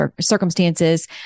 circumstances